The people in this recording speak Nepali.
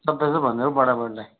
सोध्दै थियो भनिदेऊ है बढा बढीलाई